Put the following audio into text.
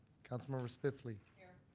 councilmember spitzley. here.